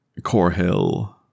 Corhill